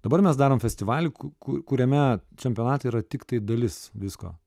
dabar mes darom festivalį ku ku kuriame čempionatai yra tiktai dalis visko